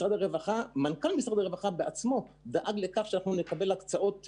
מנכ"ל משרד הרווחה בעצמו דאג לכך שנקבל הקצאות מזון.